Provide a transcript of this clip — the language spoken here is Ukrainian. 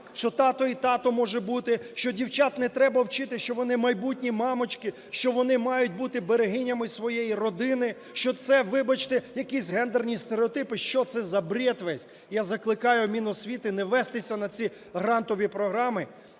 що тато і тато може бути, що дівчат не треба вчити, що вони – майбутні мамочки, що вони мають бути берегинями своєї родини, що це, вибачте, якісь гендерні стереотипи. Що це за брєд увесь? Я закликаю Міносвіти не вестися на ці грантові програми.